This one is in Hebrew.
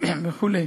וכו'.